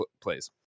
plays